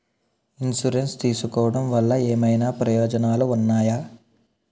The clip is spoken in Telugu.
ఇన్సురెన్స్ తీసుకోవటం వల్ల ఏమైనా ప్రయోజనాలు ఉన్నాయా?